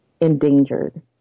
endangered